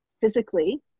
physically